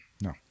No